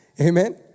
Amen